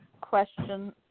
question